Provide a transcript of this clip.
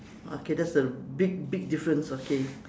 okay that's a big big difference okay